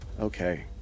Okay